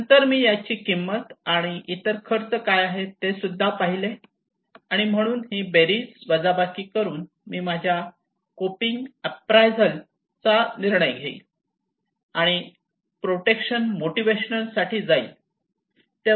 नंतर मी याची किंमत आणि इतर खर्च काय आहेत तेसुद्धा पाहिल आणि म्हणून ही बेरीज वजाबाकी करून मी माझ्या कोपिंग अप्रायझल चा निर्णय घेईल आणि प्रोटेक्शन मोटिवेशन साठी जाईल